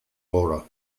laura